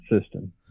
system